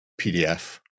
pdf